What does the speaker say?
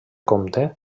comte